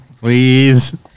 Please